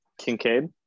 Kincaid